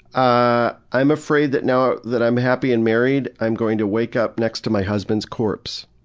ah i'm afraid that now that i'm happy and married, i'm going to wake up next to my husband's corpse.